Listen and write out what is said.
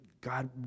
God